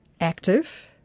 active